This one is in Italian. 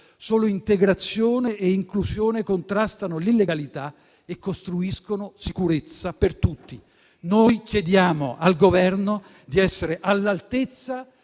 Solo integrazione e inclusione contrastano l'illegalità e costruiscono sicurezza per tutti. Noi chiediamo al Governo di essere all'altezza